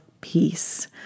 peace